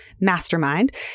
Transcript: mastermind